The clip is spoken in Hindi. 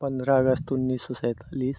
पन्द्रह अगस्त उन्नीस सौ सैंतालीस